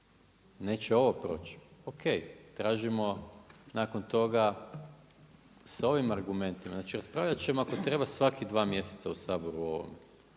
Neće ovo proći. Ok, tražimo nakon toga sa ovim argumentima, znači raspravljat ćemo ako treba svakih 2 mjeseca u Saboru o ovome,